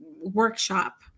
workshop